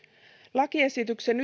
lakiesitysten